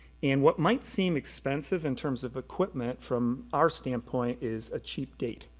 and what might seem expensive in terms of equipment from our standpoint is a cheap date.